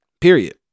period